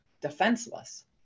defenseless